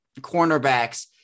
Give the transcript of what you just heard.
cornerbacks